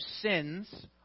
sins